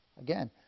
Again